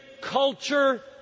culture